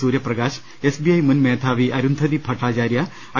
Suryaprakash S B I മുൻ മേധാവി Arundhati Bhattacharya I